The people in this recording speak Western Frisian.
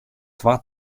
twa